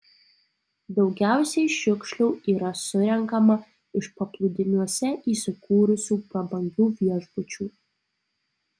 daugiausiai šiukšlių yra surenkama iš paplūdimiuose įsikūrusių prabangių viešbučių